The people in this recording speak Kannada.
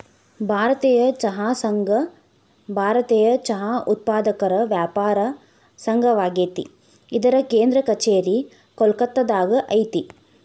ಭಾರತೇಯ ಚಹಾ ಸಂಘ ಭಾರತೇಯ ಚಹಾ ಉತ್ಪಾದಕರ ವ್ಯಾಪಾರ ಸಂಘವಾಗೇತಿ ಇದರ ಕೇಂದ್ರ ಕಛೇರಿ ಕೋಲ್ಕತ್ತಾದಾಗ ಐತಿ